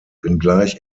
wenngleich